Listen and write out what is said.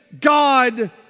God